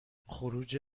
خروج